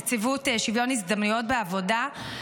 לנציבות שוויון הזדמנויות בעבודה.